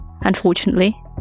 unfortunately